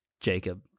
Jacob